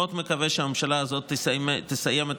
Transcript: ואני מאוד מקווה שהממשלה הזאת תסיים את